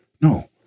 No